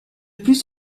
plus